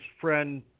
friend